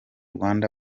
rwanda